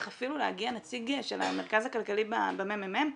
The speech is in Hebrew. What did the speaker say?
להגיע אפילו נציג של המרכז הכלכלי בממ"מ,